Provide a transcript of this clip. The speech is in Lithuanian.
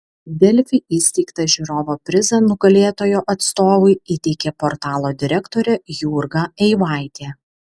delfi įsteigtą žiūrovo prizą nugalėtojo atstovui įteikė portalo direktorė jurga eivaitė